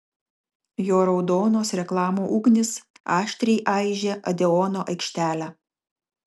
jo raudonos reklamų ugnys aštriai aižė odeono aikštelę